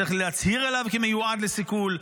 צריך להצהיר עליו כמיועד לסיכול,